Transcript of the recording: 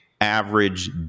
average